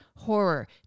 horror